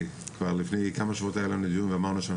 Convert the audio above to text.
כבר לפני כמה שבועות היה לנו דיון ואמרנו שאנחנו